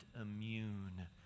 immune